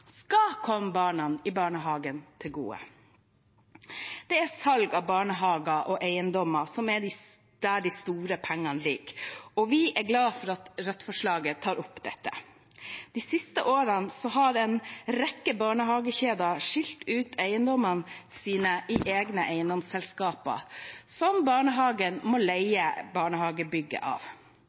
skal komme barna i barnehagen til gode. Det er i salg av barnehager og eiendommer de store pengene ligger, og vi er glad for at Rødts forslag tar opp dette. De siste årene har en rekke barnehagekjeder skilt ut eiendommene sine i egne eiendomsselskaper som barnehagen må leie barnehagebygget av.